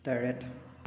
ꯇꯔꯦꯠ